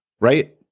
right